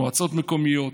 מועצות מקומיות,